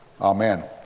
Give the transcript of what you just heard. Amen